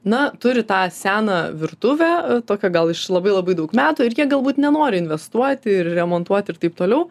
na turi tą seną virtuvę tokią gal iš labai labai daug metų ir jie galbūt nenori investuoti ir remontuoti ir taip toliau